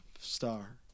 star